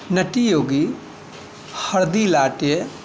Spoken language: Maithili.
नट्टी योगी हरदि लाट्टे